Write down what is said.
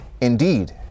Indeed